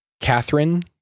Catherine